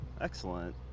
Excellent